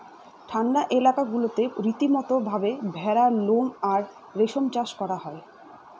ঠান্ডা এলাকা গুলাতে রীতিমতো ভাবে ভেড়ার লোম আর রেশম চাষ করা হয়